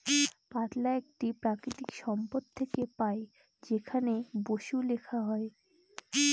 পাতলা একটি প্রাকৃতিক সম্পদ থেকে পাই যেখানে বসু লেখা হয়